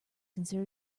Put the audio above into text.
consider